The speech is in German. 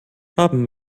haben